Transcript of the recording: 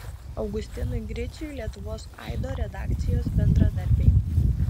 augustinui griciui lietuvos aido redakcijos bendradarbiai